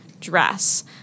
dress